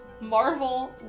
Marvel